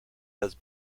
has